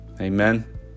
Amen